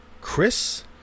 Chris